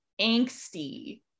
angsty